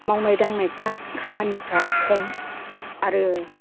मावनाय दांनायफ्रा खामानिफ्रा खम आरो